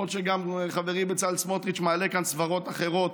למרות שחברי בצלאל סמוטריץ' מעלה כאן סברות אחרות,